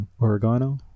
oregano